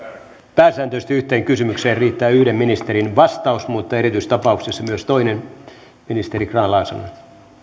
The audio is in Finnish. pääsääntöisesti yhteen kysymykseen riittää yhden ministerin vastaus mutta erityistapauksissa annetaan myös toinen ministeri grahn laasonen